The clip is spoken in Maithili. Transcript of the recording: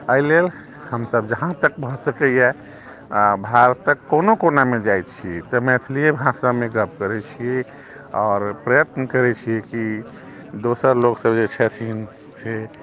एहि लेल हम सभ जहाँ तक भऽ सकैया आ भारतक कोनो कोनामे जाइ छी तऽ मैथलियै भाषामे गप्प करै छी आओर प्रयत्न करै छी कि दोसर लोक सभ जे छथिन से